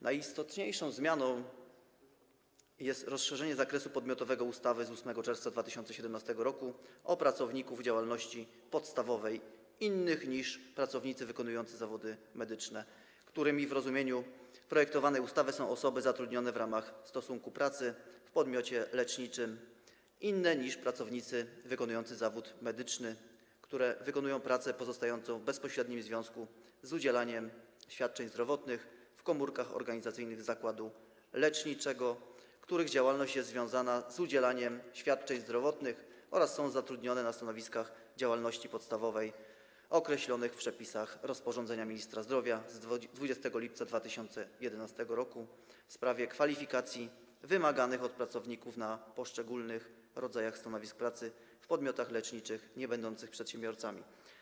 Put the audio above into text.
Najistotniejszą zmianą jest rozszerzenie zakresu podmiotowego ustawy z 8 czerwca 2017 r. o pracowników działalności podstawowej innych niż pracownicy wykonujący zawody medyczne, którymi w rozumieniu projektowanej ustawy są osoby zatrudnione w ramach stosunku pracy w podmiocie leczniczym inne niż pracownicy wykonujący zawód medyczny, które wykonują pracę pozostającą w bezpośrednim związku z udzielaniem świadczeń zdrowotnych w komórkach organizacyjnych zakładu leczniczego, których działalność jest związana z udzielaniem świadczeń zdrowotnych, oraz które są zatrudnione na stanowiskach działalności podstawowej określonych w przepisach rozporządzenia ministra zdrowia z 20 lipca 2011 r. w sprawie kwalifikacji wymaganych od pracowników na poszczególnych rodzajach stanowisk pracy w podmiotach leczniczych niebędących przedsiębiorcami.